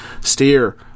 steer